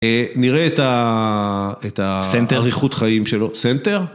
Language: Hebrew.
נראה את האריכות חיים שלו. סנטר.